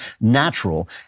natural